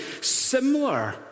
similar